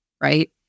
right